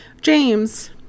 James